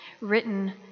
written